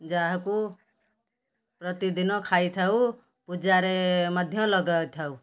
ଯାହାକୁ ପ୍ରତିଦିନ ଖାଇଥାଉ ପୂଜାରେ ମଧ୍ୟ ଲଗାଇଥାଉ